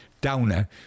downer